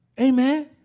Amen